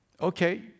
Okay